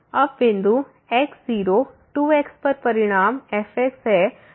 अब बिंदु x 0 2x पर परिणाम fx है